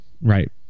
right